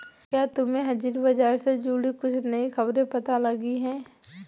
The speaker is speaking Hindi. क्या तुम्हें हाजिर बाजार से जुड़ी कुछ नई खबरें पता लगी हैं?